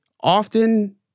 often